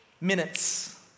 Minutes